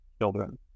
children